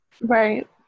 right